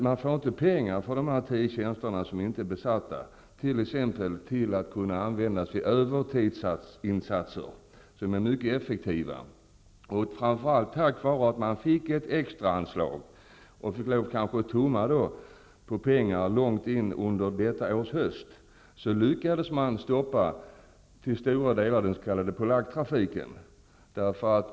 Man får inte pengar för de tjänster som är besatta, t.ex. för att kunna användas till övertidsinsatser, som är mycket effektiva. Framför allt tack vare att man fick ett extra anslag -- och kanske måste vänta på pengar långt in på hösten detta år -- lyckades man till stora delar stoppa den s.k. polacktrafiken.